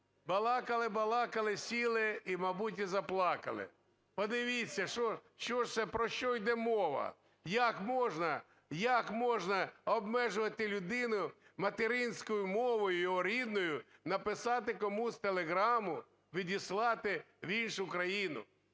Балакали-балакали - сіли і, мабуть, і заплакали. Подивіться, що, про що йде мова. Як можна, як можна обмежувати людину материнською мовою, його рідною, написати комусь телеграму, відіслати в іншу країну?